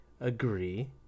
agree